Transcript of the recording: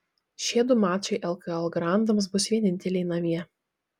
šie du mačai lkl grandams bus vieninteliai namie